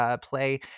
play